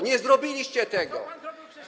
nie zrobiliście tego.